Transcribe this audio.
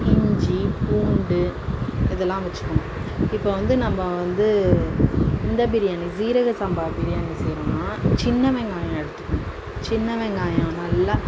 இஞ்சி பூண்டு இதெல்லாம் வைச்சுக்கணும் இப்போ வந்து நம்ம வந்து இந்த பிரியாணி சீரக சம்பா பிரியாணி செய்யணும்ன்னால் சின்ன வெங்காயம் எடுத்துக்கணும் சின்ன வெங்காயம் நல்லா